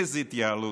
איזו התייעלות?